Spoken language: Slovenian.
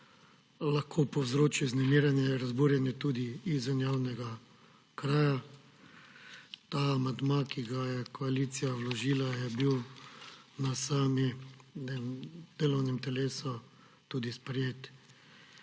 »lahko povzroči vznemirjenje, razburjenje tudi izven javnega kraja«. Ta amandma, ki ga je koalicija vložila, je bil na samem delovnem telesu tudi sprejet.